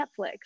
Netflix